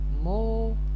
more